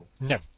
No